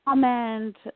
comment